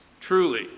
truly